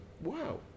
Wow